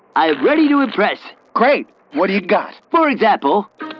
i'm ready to impress. great, what do ya got? for example,